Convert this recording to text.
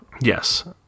Yes